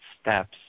steps